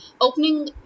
Opening